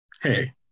Hey